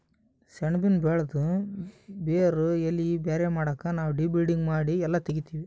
ಸೆಣಬಿನ್ ಬೆಳಿದು ಬೇರ್ ಎಲಿ ಬ್ಯಾರೆ ಮಾಡಕ್ ನಾವ್ ಡಿ ಬಡ್ಡಿಂಗ್ ಮಾಡಿ ಎಲ್ಲಾ ತೆಗಿತ್ತೀವಿ